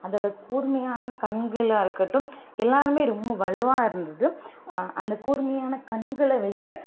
அதோட கூர்மையான கண்களாக இருக்கட்டும் எல்லாருமே ரொம்ப வலுவாக இருந்துது அந்த கூர்மையான கண்களை வைத்து